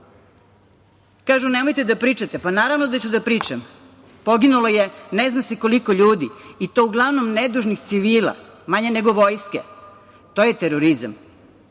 Kažu - nemojte da pričate. Pa naravno da ću da pričam. Poginulo je ne zna se koliko ljudi i to uglavnom nedužnih civila, manje nego vojske. To je terorizam. Terorizam